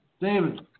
David